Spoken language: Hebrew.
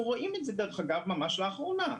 אנחנו רואים את זה ממש לאחרונה.